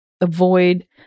avoid